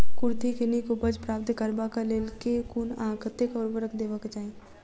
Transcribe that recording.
कुर्थी केँ नीक उपज प्राप्त करबाक लेल केँ कुन आ कतेक उर्वरक देबाक चाहि?